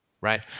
right